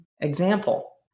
Example